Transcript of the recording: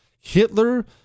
Hitler